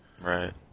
Right